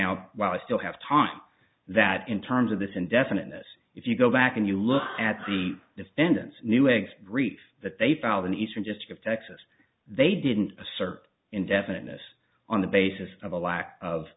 out while i still have time that in terms of this indefiniteness if you go back and you look at the defendants new legs brief that they piled in eastern just to give texas they didn't assert indefiniteness on the basis of a lack of